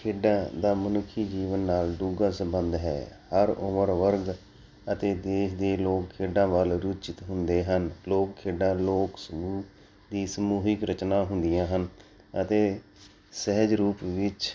ਖੇਡਾਂ ਦਾ ਮਨੁੱਖੀ ਜੀਵਨ ਨਾਲ ਡੂੰਘਾ ਸੰਬੰਧ ਹੈ ਹਰ ਉਮਰ ਵਰਗ ਅਤੇ ਦੇਸ਼ ਦੇ ਲੋਕ ਖੇਡਾਂ ਵੱਲ ਰੁਚਿਤ ਹੁੰਦੇ ਹਨ ਲੋਕ ਖੇਡਾਂ ਲੋਕ ਸਮੂਹ ਦੀ ਸਮੂਹਿਕ ਰਚਨਾ ਹੁੰਦੀਆਂ ਹਨ ਅਤੇ ਸਹਿਜ ਰੂਪ ਵਿੱਚ